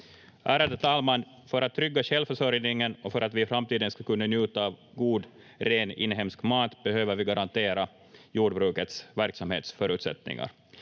Ärade talman! För att trygga självförsörjningen och för att vi i framtiden ska kunna njuta av god, ren inhemsk mat behöver vi garantera jordbrukets verksamhetsförutsättningar.